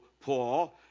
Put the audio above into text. Paul